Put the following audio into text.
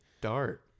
Dart